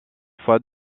fois